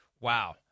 wow